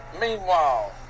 Meanwhile